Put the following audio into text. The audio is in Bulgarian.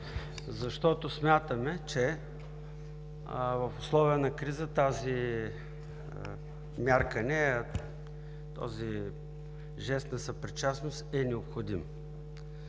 защото смятаме, че в условия на криза този жест на съпричастност е необходим.